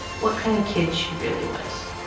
what kind of kids she really was.